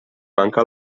manca